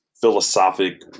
philosophic